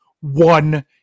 one